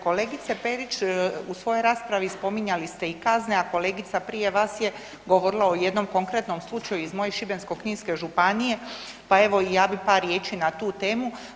Kolegice Perić u svojoj raspravi spominjali ste i kazne, a kolegica prije vas je govorila o jednom konkretnom slučaju iz moje Šibensko-kninske županije, pa evo i ja bih par riječi na tu temu.